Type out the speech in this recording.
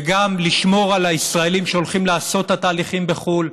וגם לשמור על הישראלים שהולכים לעשות את התהליכים בחו"ל,